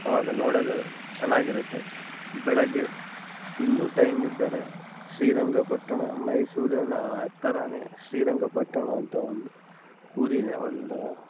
ಆವಾಗ ನೋಡಲು ಚೆನ್ನಾಗಿರುತ್ತೆ ಬೆಳಗ್ಗೆ ಇನ್ನೂ ಟೈಮ್ ಇದ್ದರೆ ಶ್ರೀರಂಗಪಟ್ಟಣ ಮೈಸೂರಿನ ಹತ್ತಿರನೇ ಶ್ರೀರಂಗಪಟ್ಟಣ ಅಂತ ಒಂದು ಊರಿದೆ ಒಂದು